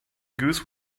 goose